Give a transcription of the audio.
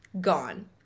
gone